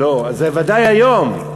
לא, זה ודאי היום.